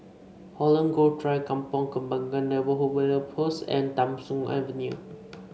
Holland Grove Drive Kampong Kembangan Neighbourhood Police Post and Tham Soong Avenue